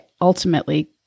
ultimately